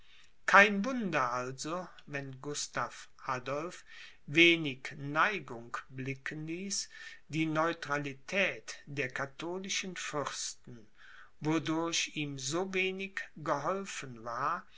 kein wunder also wenn gustav adolph wenig neigung blicken ließ die neutralität der katholischen fürsten wodurch ihm so wenig geholfen war